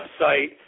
website